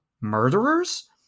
murderers